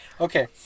Okay